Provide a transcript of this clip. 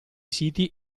siti